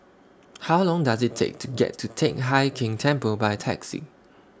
How Long Does IT Take to get to Teck Hai Keng Temple By Taxi